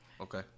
okay